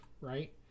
right